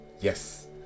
yes